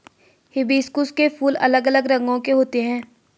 hibiscus के फूल अलग अलग रंगो के होते है